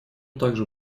также